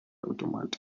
automatic